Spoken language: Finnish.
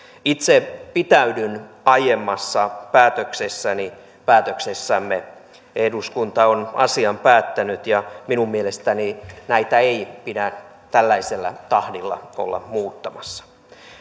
itse pitäydyn aiemmassa päätöksessäni päätöksessämme eduskunta on asian päättänyt ja minun mielestäni näitä ei pidä tällaisella tahdilla olla muuttamassa